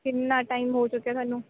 ਕਿੰਨਾਂ ਟਾਈਮ ਹੋ ਚੁੱਕਿਆ ਤੁਹਾਨੂੰ